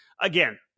again